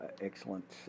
excellent